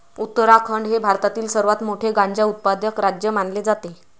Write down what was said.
उत्तराखंड हे भारतातील सर्वात मोठे गांजा उत्पादक राज्य मानले जाते